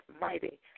mighty